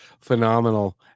phenomenal